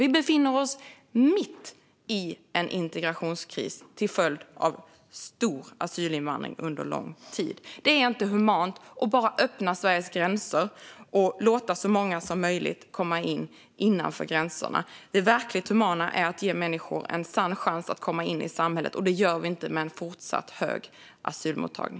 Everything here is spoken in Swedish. Vi befinner oss mitt i en integrationskris till följd av stor asylinvandring under lång tid. Det är inte humant att bara öppna Sveriges gränser och låta så många som möjligt komma in innanför gränserna. Det verkligt humana är att ge människor en sann chans att komma in i samhället. Det gör vi inte med en fortsatt hög asylmottagning.